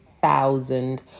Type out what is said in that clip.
thousand